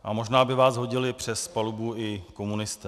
A možná by vás hodili přes palubu i komunisté.